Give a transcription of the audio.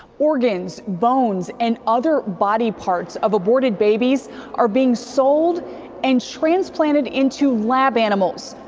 organs, bones and other body parts of aborted babies are being sold and transplanted into lab animals.